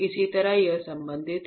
इस तरह यह संबंधित है